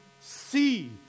see